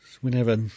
whenever